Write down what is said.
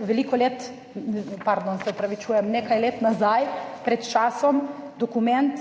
veliko let, pardon, se opravičujem, nekaj let nazaj, pred časom, dokument,